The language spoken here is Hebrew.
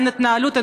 אין התנהלות,